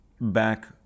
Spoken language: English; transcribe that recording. back